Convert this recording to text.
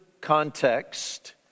context